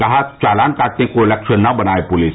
कहा चालान काटने को लक्ष्य न बनाए पुलिस